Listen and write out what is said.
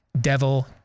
devil